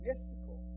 Mystical